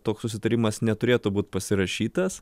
toks susitarimas neturėtų būt pasirašytas